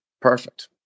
perfect